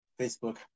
Facebook